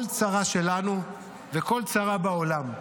כל צרה שלנו וכל צרה בעולם.